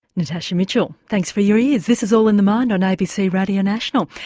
natasha mitchell, thanks for your ears. this is all in the mind on abc radio national.